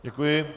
Děkuji.